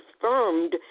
confirmed